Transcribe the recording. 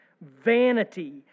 vanity